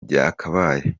byakabaye